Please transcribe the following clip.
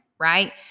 right